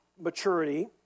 maturity